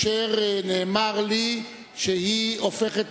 שהיא בעיקרה